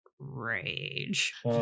Rage